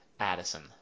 Addison